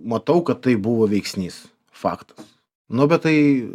matau kad tai buvo veiksnys faktas nu bet tai